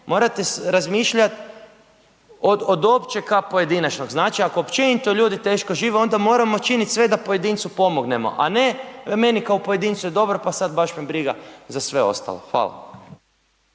morate razmišljat od općeg ka pojedinačnom, znači ako općenito ljudi teško žive onda moramo činit sve da pojedincu pomognemo, a ne meni kao pojedincu je dobro pa sad baš me briga za sve ostalo. Hvala.